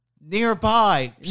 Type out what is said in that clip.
nearby